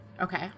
okay